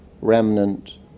remnant